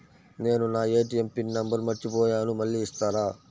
నేను నా ATM pin number మర్చిపోయాను మళ్ళీ ఇస్తారా?